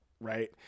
right